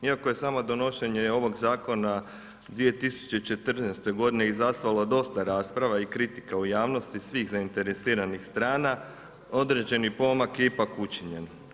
Iako je samo donošenje ovog zakona 2014. g. izazvalo dosta rasprava i kritika u javnosti svih zainteresiranih strana, određeni pomak je ipak učinjen.